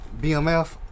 BMF